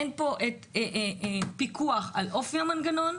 אין פה פיקוח על אופי המנגנון,